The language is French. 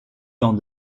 dans